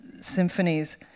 symphonies